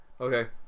Okay